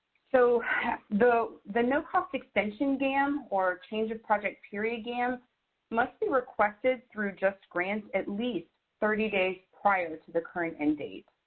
so the the no-cost extension gam or change of project period gam must be requested through justgrants at least thirty days prior to the current end date.